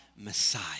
Messiah